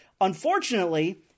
Unfortunately